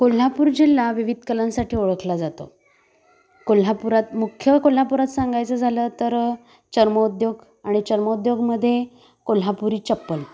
कोल्हापूर जिल्हा विविध कलांसाठी ओळखला जातो कोल्हापुरात मुख्य कोल्हापुरात सांगायचं झालं तर चर्मोद्योग आणि चर्मोद्योगामधे कोल्हापुरी चप्पल